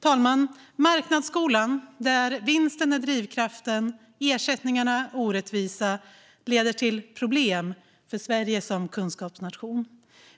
talman! Marknadsskolan, där vinsten är drivkraften och ersättningarna är orättvisa, leder till problem för Sverige som kunskapsnation.